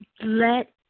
let